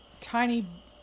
tiny